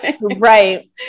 Right